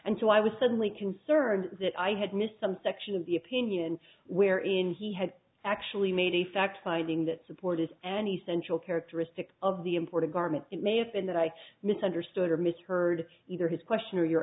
so i was suddenly concerned that i had missed some section of the opinion where in he had actually made a fact finding that support is an essential characteristic of the import of garment it may have been that i misunderstood or misheard either his question or your